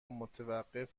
متوقف